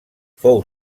fou